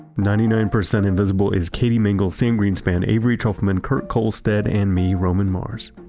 ninety nine percent invisible is katie mingle, sam greenspan, avery trufleman, kurt kohlstedt, and me roman mars.